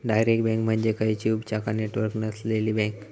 direct bank म्हणजे खंयचीव शाखा नेटवर्क नसलेली बँक